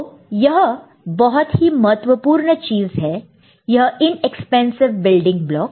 तो यह एक बहुत ही महत्वपूर्ण चीज है यह इनएक्सपेंसिव बिल्डिंग ब्लॉक